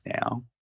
now